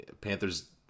Panthers